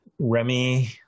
Remy